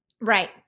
Right